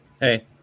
Hey